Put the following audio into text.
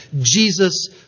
Jesus